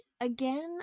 again